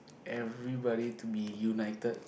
everybody to be united